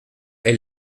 est